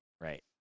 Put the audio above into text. Right